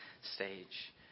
stage